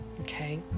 Okay